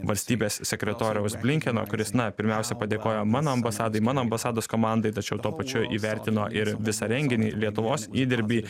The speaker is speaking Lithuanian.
valstybės sekretoriaus blinkeno kuris na pirmiausia padėkojo mano ambasadai mano ambasados komandai tačiau tuo pačiu įvertino ir visą renginį lietuvos įdirbį